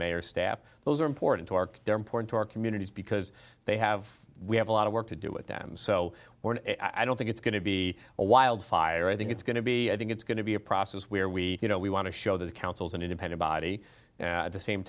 mayor's staff those are important to our they're important to our communities because they have we have a lot of work to do with them so we're i don't think it's going to be a wildfire i think it's going to be i think it's going to be a process where we you know we want to show the councils an independent body at the same